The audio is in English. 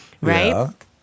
right